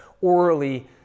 orally